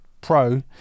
pro